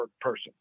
person